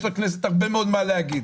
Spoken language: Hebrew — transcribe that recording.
יש לכנסת הרבה מאוד מה להגיד.